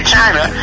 China